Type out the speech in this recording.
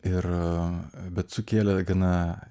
ir bet sukėlė gana